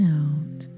out